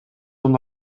ondo